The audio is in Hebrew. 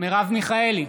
מרב מיכאלי,